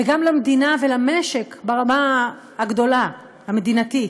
וגם למדינה ולמשק, ברמה הגדולה, המדינתית.